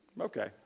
Okay